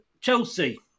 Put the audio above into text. Chelsea